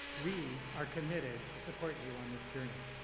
we are committed to support you on this journey.